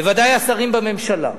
בוודאי השרים בממשלה,